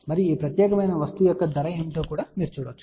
మరియు ఈ ప్రత్యేకమైన వస్తువు యొక్క ధర ఏమిటో కూడా మీరు చూడవచ్చు